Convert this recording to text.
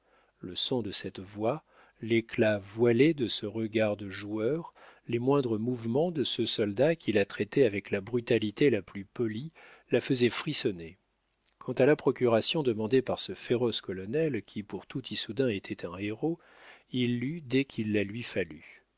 le son de cette voix l'éclat voilé de ce regard de joueur les moindres mouvements de ce soldat qui la traitait avec la brutalité la plus polie la faisaient frissonner quant à la procuration demandée par ce féroce colonel qui pour tout issoudun était un héros il l'eut dès qu'il la lui fallut